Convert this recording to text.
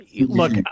look